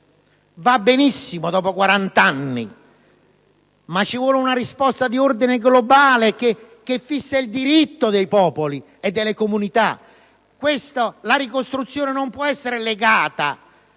va benissimo dopo 40 anni, ma è necessario dare una risposta di ordine globale che fissi il diritto dei popoli e delle comunità. La ricostruzione non può essere legata